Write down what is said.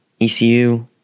ECU